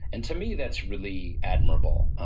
and to me that's really admirable.